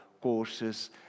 courses